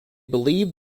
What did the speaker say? believed